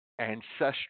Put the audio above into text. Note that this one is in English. ancestral